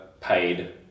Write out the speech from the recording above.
paid